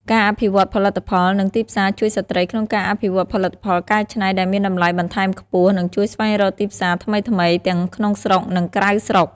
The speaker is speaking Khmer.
ការអភិវឌ្ឍផលិតផល និងទីផ្សារជួយស្ត្រីក្នុងការអភិវឌ្ឍផលិតផលកែច្នៃដែលមានតម្លៃបន្ថែមខ្ពស់ និងជួយស្វែងរកទីផ្សារថ្មីៗ ទាំងក្នុងស្រុក និងក្រៅស្រុក។